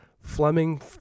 Fleming